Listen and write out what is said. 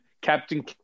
Captain